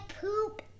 poop